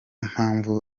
mpamvu